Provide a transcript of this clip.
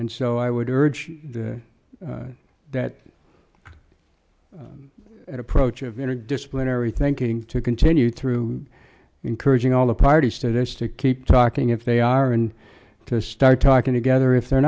and so i would urge that approach of interdisciplinary thinking to continue through encouraging all the parties to this to keep talking if they are and to start talking together if they're